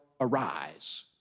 arise